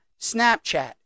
Snapchat